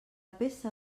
peça